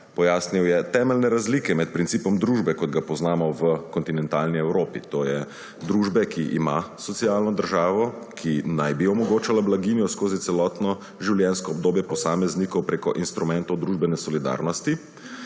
Pojasnil je temeljne razlike med principom družbe, kot ga poznamo v kontinentalni Evropi, to je družbe, ki ima socialno državo, ki naj bi omogočala blaginjo skozi celotno življenjsko obdobje posameznikov preko instrumentov družbene solidarnost,